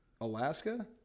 Alaska